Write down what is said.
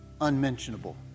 unmentionable